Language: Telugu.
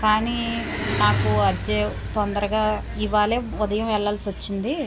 కానీ మాకు తొందరగా ఇవాళే ఉదయము వెళ్లాల్సి వచ్చింది